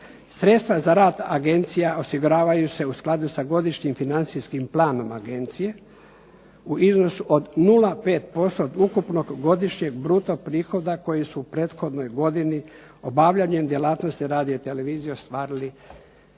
sredstva za rad Agencija osiguravaju se u skladu sa godišnjim financijskim planom Agencije u iznosu od 0,5% od ukupnog godišnjeg bruto-prihoda koji su u prethodnoj godini obavljanjem djelatnosti radio-televizije ostvarili